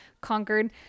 conquered